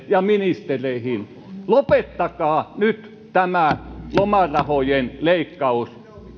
ja ministereihin lopettakaa nyt tämä lomarahojen leikkaus